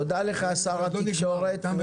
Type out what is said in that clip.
תודה רבה, שר התקשורת.